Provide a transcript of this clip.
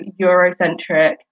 Eurocentric